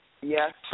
yes